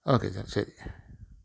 okay എന്നാൽ ശരി